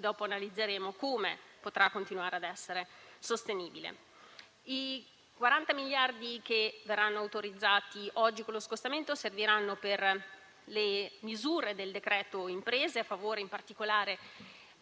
poi analizzeremo come potrà continuare ad essere sostenibile. I 40 miliardi che verranno autorizzati oggi con lo scostamento serviranno per le misure del decreto imprese, a favore, in particolare, delle